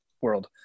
world